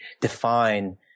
define